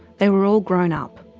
they were all grown up.